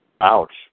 Ouch